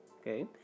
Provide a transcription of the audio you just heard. Okay